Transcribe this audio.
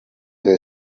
were